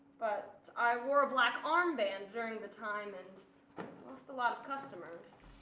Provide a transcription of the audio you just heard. but, i wore a black armband during the time and lost a lot of customers.